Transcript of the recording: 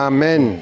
Amen